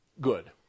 good